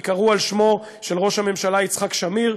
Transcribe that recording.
ייקראו על שמו של ראש הממשלה יצחק שמיר,